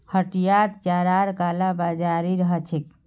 हटियात चारार कालाबाजारी ह छेक